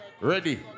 Ready